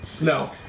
No